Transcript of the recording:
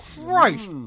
Christ